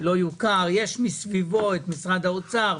כי יש מסביבו את משרד האוצר,